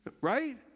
Right